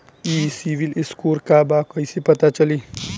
ई CIBIL score का बा कइसे पता चली?